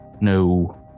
no